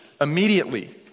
immediately